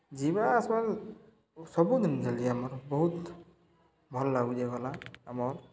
ଯିବା ଆସ୍ବା ସବୁଦିନ୍ ଚାଲିଛେ ଆମର ବହୁତ୍ ଭଲ୍ ଲାଗୁଛେ ଗଲା ଆମର୍